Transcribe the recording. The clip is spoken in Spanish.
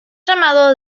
llamado